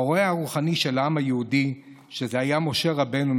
הרועה הרוחני של העם היהודי היה משה רבנו,